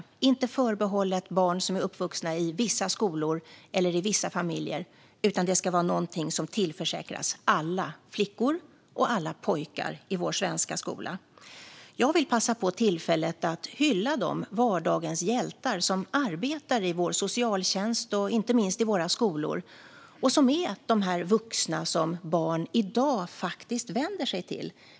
Jämställdhet ska inte vara förbehållet barn som är uppvuxna i vissa skolor eller i vissa familjer, utan det ska vara någonting som tillförsäkras alla flickor och alla pojkar i vår svenska skola. Jag vill passa på att hylla de vardagens hjältar som arbetar i vår socialtjänst och inte minst i våra skolor och som är de vuxna som barn i dag faktiskt vänder sig till.